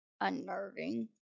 unnerving